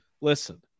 Listen